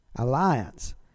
Alliance